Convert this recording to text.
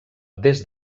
des